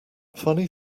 funny